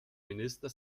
minister